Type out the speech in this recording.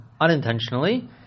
unintentionally